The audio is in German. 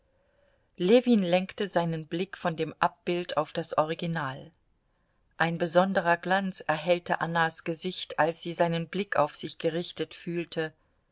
ljewin lenkte seinen blick von dem abbild auf das original ein besonderer glanz erhellte annas gesicht als sie seinen blick auf sich gerichtet fühlte